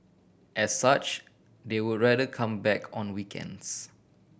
as such they would rather come back on weekends